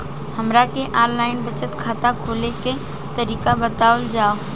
हमरा के online बचत बैंक खाता खोले के तरीका बतावल जाव?